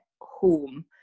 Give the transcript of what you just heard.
home